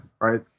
right